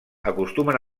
acostumen